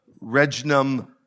regnum